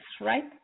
right